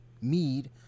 Mead